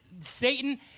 Satan